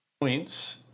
points